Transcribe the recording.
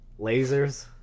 Lasers